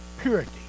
purity